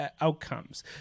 outcomes